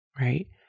right